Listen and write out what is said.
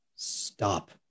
Stop